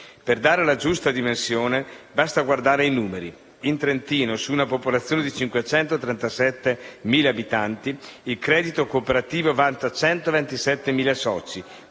Per dare la giusta dimensione, basta guardare i numeri: in Trentino, su una popolazione di 537.000 abitanti, il credito cooperativo vanta 127.000 soci,